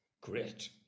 great